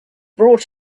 brought